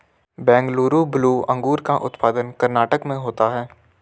Bengaluru blue अंगूर का उत्पादन कर्नाटक में होता है